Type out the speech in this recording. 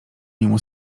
niemu